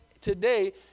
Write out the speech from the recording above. today